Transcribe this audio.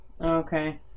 okay